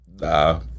Nah